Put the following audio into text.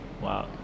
wow